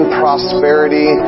prosperity